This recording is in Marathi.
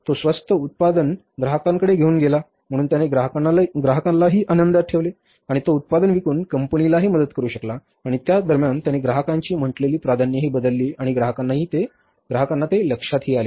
तो स्वस्त उत्पादन ग्राहकांकडे घेऊन गेला म्हणून त्याने ग्राहकालाही आनंदात ठेवले आणि तो उत्पादन विकून कंपनीला मदत करू शकला आणि त्यादरम्यान त्याने ग्राहकांची म्हटलेली प्राधान्येही बदलली आणि ग्राहकांना ते लक्षातही आले नाही